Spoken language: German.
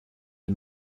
der